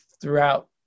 throughout